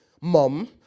Mom